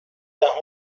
دهم